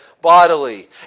bodily